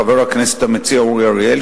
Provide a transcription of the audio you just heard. חבר הכנסת המציע אורי אריאל,